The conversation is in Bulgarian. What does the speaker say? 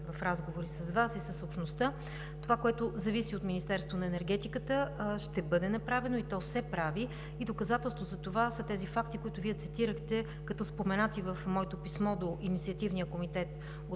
в разговори с Вас и с общността, това което зависи от Министерството на енергетиката, ще бъде направено и то се прави, и доказателство за това са тези факти, които Вие цитирахте като споменати в моето писмо до инициативния комитет от